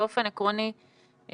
באופן עקרוני,